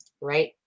right